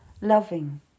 loving